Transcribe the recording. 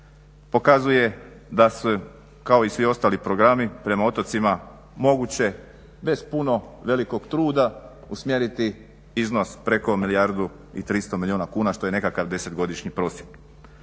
pokazuje da su kao i svi ostali programi prema otocima moguće bez puno velikog truda usmjeriti iznos preko milijardu i 300 milijuna kuna, što je nekakav desetogodišnji prosjek.